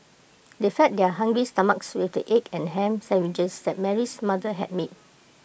they fed their hungry stomachs with the egg and Ham Sandwiches that Mary's mother had made